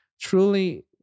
truly